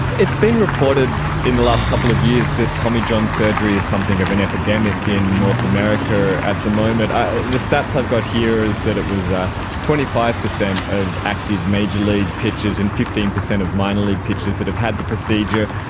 it's been reported in the last couple of years that tommy john surgery is something of an epidemic in north america at the moment. the stats i've got here it is that it was ah twenty five percent of active major league pitchers and fifteen percent of minor league pitchers that have had the procedure.